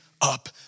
up